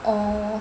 or